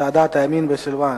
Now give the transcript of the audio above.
הנושא הבא: צעדת הימין בסילואן,